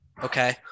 Okay